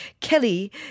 Kelly